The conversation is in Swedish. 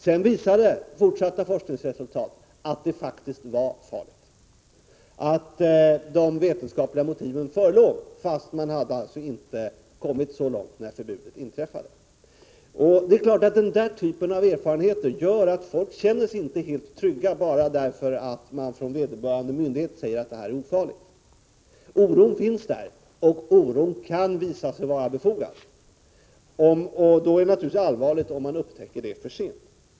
Sedan visade fortsatta forskningsresultat att det faktiskt var farligt, att de vetenskapliga motiven förelåg — fast man inte hade kommit så långt när förbudet infördes. Det är klart att den typen av erfarenheter gör att folk inte känner sig helt trygga bara därför att man från vederbörande myndighet säger att detta är ofarligt. Oron finns där, och oron kan visa sig vara befogad. Då är det naturligtvis allvarligt om man upptäcker det för sent.